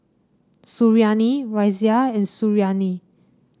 Suriani Raisya and Suriani